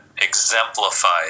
exemplified